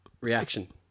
reaction